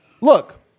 look